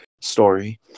story